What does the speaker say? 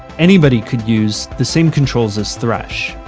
anybody could use the same controls as thresh.